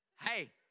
Hey